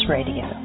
Radio